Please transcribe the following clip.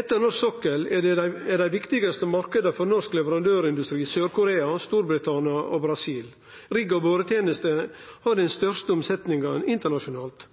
Etter norsk sokkel er dei viktigaste marknadene for norsk leverandørindustri Sør-Korea, Storbritannia og Brasil. Rigg og boretenester har den største omsetninga internasjonalt.